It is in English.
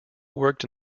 worked